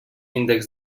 índex